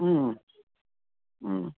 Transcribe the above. ಹ್ಞೂ ಹ್ಞೂ